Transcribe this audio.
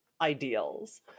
ideals